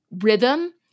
rhythm